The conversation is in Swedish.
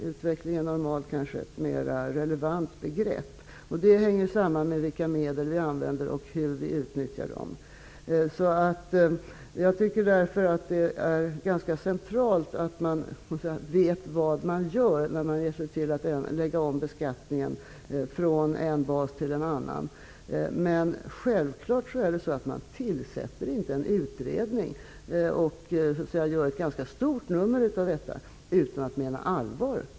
Utveckling är normalt ett mera relevant begrepp. Det hänger samman med vilka medel vi använder och hur vi utnyttjar dem. Jag tycker därför att det är centralt att man vet vad man gör när man ger sig in på att lägga om beskattningen från en bas till en annan. Självfallet tillsätter man inte en utredning och gör ett stort nummer av detta utan att mena allvar.